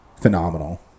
phenomenal